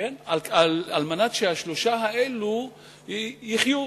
כדי שהשלושה האלה יחיו.